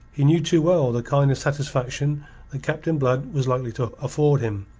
he knew too well the kind of satisfaction that captain blood was likely to afford him.